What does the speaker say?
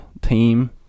team